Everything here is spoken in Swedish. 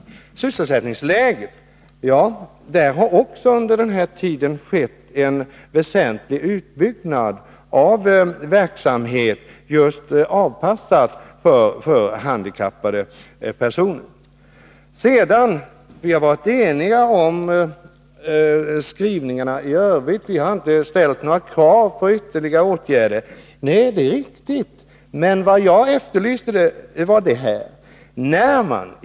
Då det gäller sysselsättningsläget skedde under den här perioden en väsentlig utbyggnad av verksamhet, anpassad just för handikappade personer. Vi har varit eniga om skrivningen i övrigt. Vi har inte ställt krav på ytterligare åtgärder. Det är riktigt. Men vad jag efterlyste var konkreta förslag.